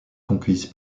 conquises